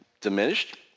diminished